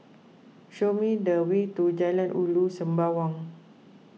show me the way to Jalan Ulu Sembawang